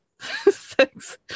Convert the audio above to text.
Thanks